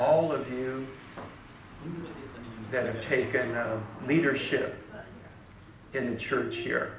all of you that have taken have leadership in the church here